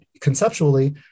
conceptually